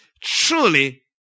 truly